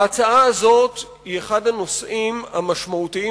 ההצעה הזאת היא אחד הנושאים המשמעותיים